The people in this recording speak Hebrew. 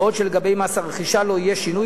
בעוד שלגבי מס הרכישה לא יהיה שינוי